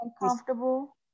uncomfortable